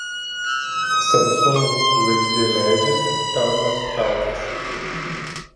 samsung žvaigždė leidžiasi pelnas traukiasi